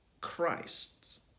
Christ